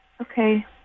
okay